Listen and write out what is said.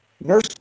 Nurse